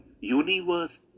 universe